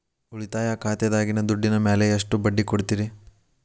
ಉಳಿತಾಯ ಖಾತೆದಾಗಿನ ದುಡ್ಡಿನ ಮ್ಯಾಲೆ ಎಷ್ಟ ಬಡ್ಡಿ ಕೊಡ್ತಿರಿ?